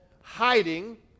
hiding